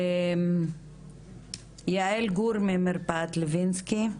יעל גור ממרפאת לוינסקי,